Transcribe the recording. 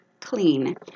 CLEAN